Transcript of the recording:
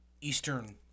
eastern